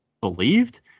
believed